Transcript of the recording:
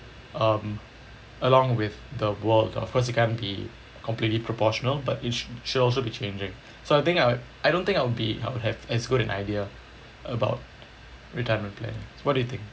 um along with the world of course it can't be completely proportional but it should also be changing so I think I I don't think I'll be I'll have as good an idea about retirement plan what do you think